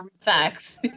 Facts